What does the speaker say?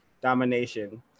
domination